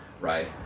right